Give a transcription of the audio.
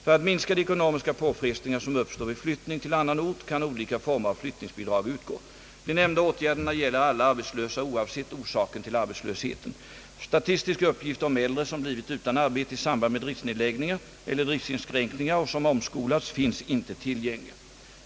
För att minska de ekonomiska påfrestningar som uppstår vid flyttning till annan ort kan olika former av flyttningsbidrag utgå. De nämnda åtgärderna gäller alla arbetslösa oavsett orsaken till arbetslösheten. Statistiska uppgifter om äldre som blivit utan arbete i samband med driftsnedläggningar eller driftsinskränkningar och som omskolats finns inte tillgängliga.